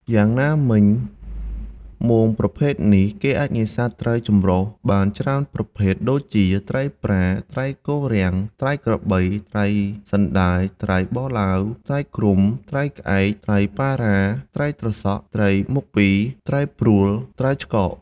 យ៉ាងណាមិញ មងប្រភេទនេះ គេអាចនេសាទត្រីចម្រុះបានច្រើនប្រភេទ ដូចជា ត្រីប្រា ត្រីគល់រាំង ត្រីក្របី ត្រីសណ្តាយត្រីបងឡាវ ត្រីគ្រុំ ត្រីក្អែក ត្រីប៉ាវ៉ាត្រីត្រសក់ ត្រីមុខពីរ ត្រីព្រួល ត្រីឆ្កោក ។